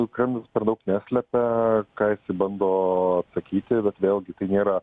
kremlius per daug neslepia ką jisai bando atsakyti bet vėlgi tai nėra